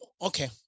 okay